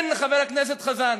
כן, חבר הכנסת חזן,